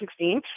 2016